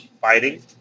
fighting